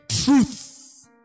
truth